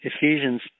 Ephesians